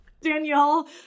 Danielle